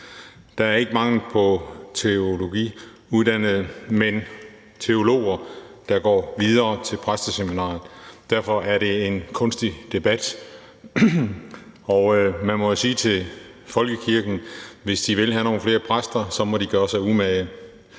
Der er ikke mangel på teologiuddannede, men teologer, der går videre til præsteseminariet. Derfor er det en kunstig debat, og man må jo sige til folkekirken, at hvis de vil have nogle flere præster, må de gøre sig umage.